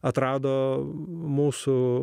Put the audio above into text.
atrado mūsų